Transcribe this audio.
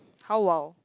how !wow!